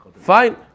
Fine